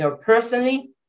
personally